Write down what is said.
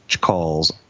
calls